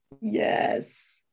Yes